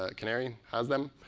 ah canary has them.